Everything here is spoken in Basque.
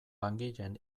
langileen